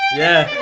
yeah.